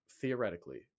theoretically